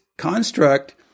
construct